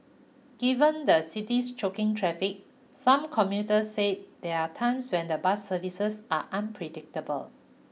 given the city's choking traffic some commuters say there are times when the bus services are unpredictable